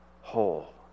whole